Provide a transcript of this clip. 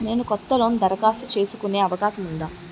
నేను కొత్త లోన్ దరఖాస్తు చేసుకునే అవకాశం ఉందా?